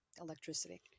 electricity